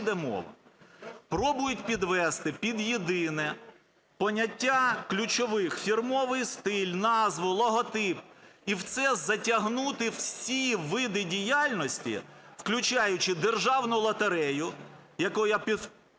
йде мова? Просять підвести під єдине поняття "ключових" фірмовий стиль, назву, логотип, і в це затягнути всі види діяльності, включаючи державну лотерею, яку, я